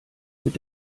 mit